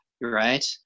right